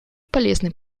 полезной